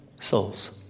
souls